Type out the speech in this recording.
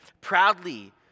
proudly